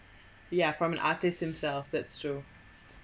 yeah from an artist himself that true